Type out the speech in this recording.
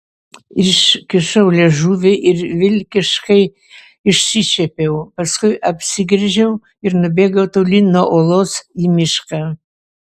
iškišau liežuvį ir vilkiškai išsišiepiau paskui apsigręžiau ir nubėgau tolyn nuo olos į mišką